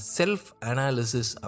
self-analysis